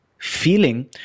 feeling